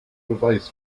beweis